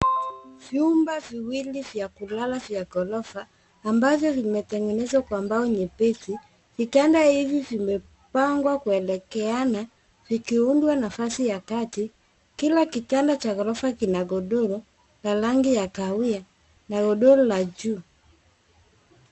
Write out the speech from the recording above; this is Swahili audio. Vyumba viwili vya kulala vya ghorofa ambavyo vimetengenezwa kwa mbao nyepesi. Vitanda hivi vimepangwa kuelekeana vikiunda nafasi ya kati. Kila kitanda cha ghorofa kina godoro na rangi ya kahawia na ulio wa juu.